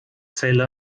zelle